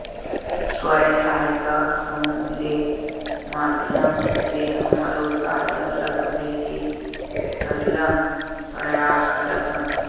स्व सहायता समूह के माधियम ले हमन रोजगार के अवसर ढूंढे के सरलग परयास करत हन